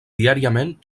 diàriament